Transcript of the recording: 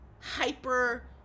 hyper